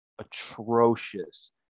atrocious